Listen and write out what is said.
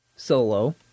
Solo